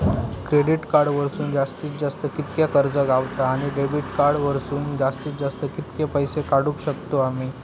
Credit card वरसून जास्तीत जास्त कितक्या कर्ज गावता, आणि डेबिट कार्ड वरसून जास्तीत जास्त कितके पैसे काढुक शकतू आम्ही?